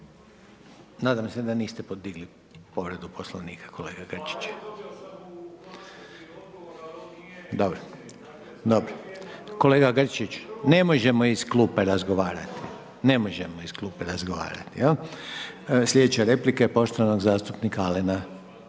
nadam se da niste digli povredu Poslovnika kolega Grčić. Dobro, kolega Grčić, ne možemo iz klupe razgovarati, ne možemo iz klupe razgovarati. Sljedeća replika je poštovanog zastupnika Alena